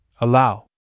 allow